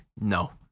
No